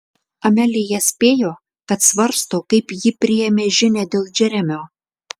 amelija spėjo kad svarsto kaip ji priėmė žinią dėl džeremio